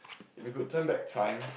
if we could turn back time